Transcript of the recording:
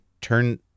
turn